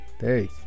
Hey